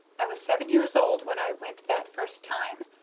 i was seven years old when i went that first time.